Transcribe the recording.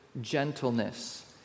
gentleness